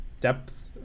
depth